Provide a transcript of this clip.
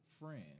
friend